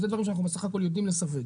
אלה דברים שאנחנו בסך הכול יודעים לסווג.